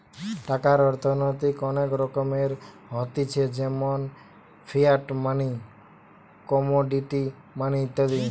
টাকার অর্থনৈতিক অনেক রকমের হতিছে যেমন ফিয়াট মানি, কমোডিটি মানি ইত্যাদি